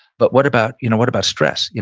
but what about you know what about stress, you know